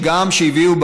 שגם כשהביאו,